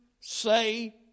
say